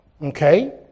Okay